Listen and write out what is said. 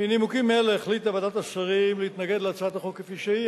מנימוקים אלה החליטה ועדת השרים להתנגד להצעת החוק כפי שהיא,